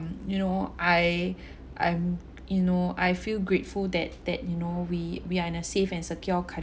you know I I'm you know I feel grateful that that you know we we are in a safe and secure